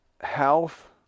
health